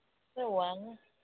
ꯈꯔ ꯋꯥꯡꯉꯦ